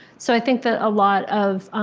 so i think that a lot of,